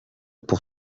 pour